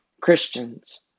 Christians